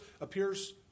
appears